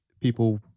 people